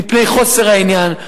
מפני חוסר העניין.